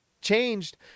changed